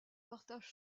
partage